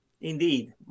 Indeed